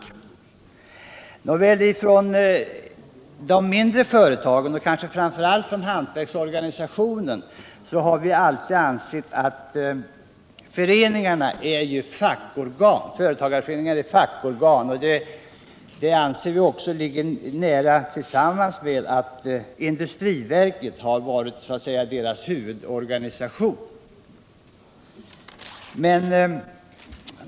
Jag vill i sammanhanget betona att vi från de mindre företagens sida, kanske framför allt från hantverksorganisationen, alltid betraktat företagarföreningarna som ett fackorgan. Detta ligger i linje med att industriverket fungerat såsom föreningarnas huvudorganisation.